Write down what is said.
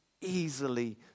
easily